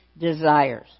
desires